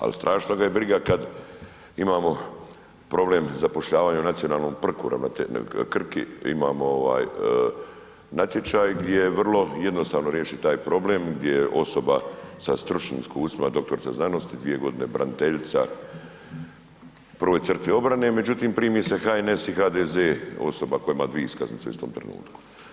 Ali strašno ga je briga kada imamo problem zapošljavanja u nacionalnom, Krki, imamo natječaj gdje je vrlo jednostavno riješiti taj problem gdje je osoba sa stručnim iskustvima dr. znanosti, dvije godine braniteljica na prvoj crti obrane, međutim primi se HNS i HDZ osoba koja ima dvije iskaznice u istom trenutku.